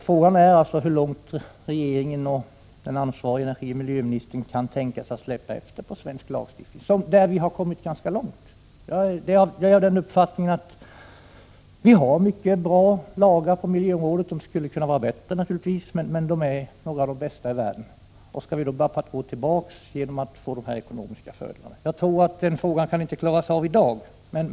Frågan är hur långt regeringen och den ansvariga miljöoch energiministern kan tänka sig att släppa efter på svensk lagstiftning, där vi har kommit ganska långt. Jag har den uppfattningen att vi har många bra lagar på miljöområdet. De skulle naturligtvis kunna vara ännu bättre, men de är dock några av de bästa i världen. Skall vi då gå tillbaka i utvecklingen för att få ekonomiska fördelar? Den frågan kan inte besvaras i dag.